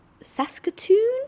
Saskatoon